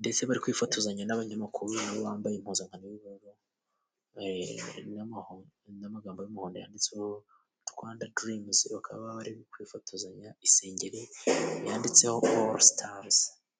ndetse bari kwifotozanya n'abanyamakuru na bo bambaye impuzankano y'ubururu n'amagambo y'umuhodo yanditseho Rwanda dirimuzi. Bakaba bari kwifotozanya amasengeri yanditseho olusitarizi.